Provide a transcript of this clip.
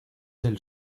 del